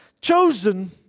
chosen